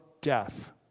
death